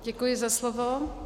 Děkuji za slovo.